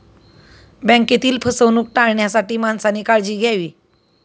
बँकेतील फसवणूक टाळण्यासाठी माणसाने काळजी घ्यावी